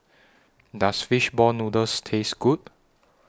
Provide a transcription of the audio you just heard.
Does Fish Ball Noodles Taste Good